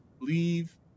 leave